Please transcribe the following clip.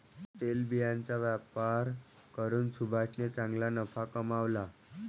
तेलबियांचा व्यापार करून सुभाषने चांगला नफा कमावला